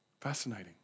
Fascinating